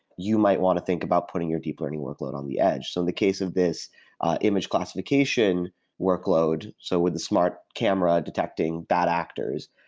you might want to think about putting your deep learning workload on the edge. so in the case of this image classification workload, so with the smart camera detecting bad actors,